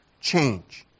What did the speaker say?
change